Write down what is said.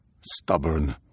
stubborn